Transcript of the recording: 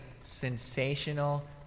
sensational